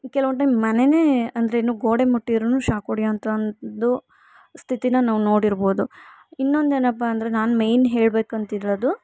ಕೆಲವೊಂದು ಟೈಮ್ ಮನೆಯೇ ಅಂದ್ರೇನು ಗೋಡೆ ಮುಟ್ಟಿದ್ರೂ ಶಾಕ್ ಹೊಡಿಯೋವಂಥ ಒಂದು ಸ್ಥಿತಿನ ನಾವು ನೋಡಿರ್ಬೋದು ಇನ್ನೊಂದೇನಪ್ಪ ಅಂದರೆ ನಾನು ಮೇನ್ ಹೇಳಬೇಕುಂತಿರೋದು